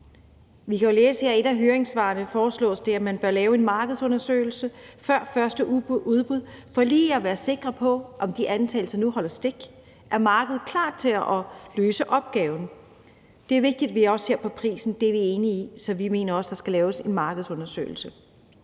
Vi kan jo læse her i et af høringssvarene, at det foreslås, at man laver en markedsundersøgelse før første udbud for lige at være sikker på, om de antagelser nu holder stik. Er markedet klar til at løse opgaven? Det er vigtigt, at vi også ser på prisen. Det er vi enige i, så vi mener også, at der skal laves en markedsundersøgelse.